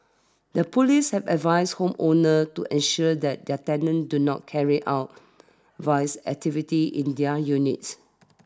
the police have advised home owners to ensure that their tenants do not carry out vice activities in their units